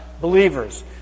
believers